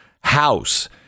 house